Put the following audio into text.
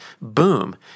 Boom